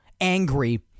angry